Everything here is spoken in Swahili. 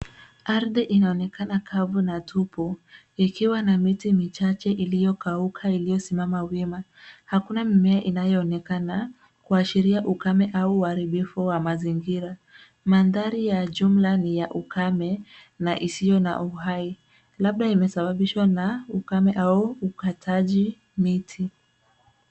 Ardhi inaonekana kavu na tupu ikiwa na miti michache iliyokauka iliyosimama wima. Hakuna mimea inayoonekana kuashria ukame au uharibifu wa mazingira. Mandhari ya jumla ni ya ukame na isiyo na uhai labda imesababishwa na ukame au ukataji miti.